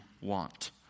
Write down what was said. want